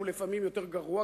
שהוא לפעמים יותר גרוע,